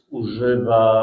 używa